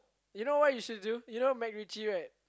you know what you should do you know MacRitchie right